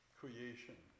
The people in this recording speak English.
creation